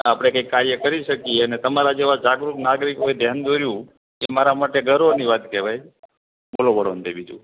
આપણે કંઈક કાર્ય કરી શકીએ અને તમારા જેવા જાગૃત નાગરિકોએ ધ્યાન દોર્યું એ મારા માટે ગર્વની વાત કહેવાય બોલો બોલો અંતે બીજું